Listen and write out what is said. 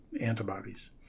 antibodies